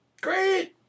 Great